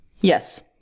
Yes